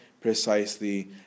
precisely